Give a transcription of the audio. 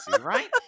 right